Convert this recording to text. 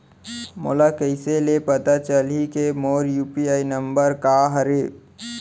मोला कइसे ले पता चलही के मोर यू.पी.आई नंबर का हरे?